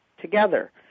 together